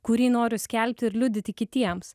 kurį noriu skelbti ir liudyti kitiems